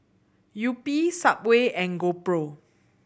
Yupi Subway and GoPro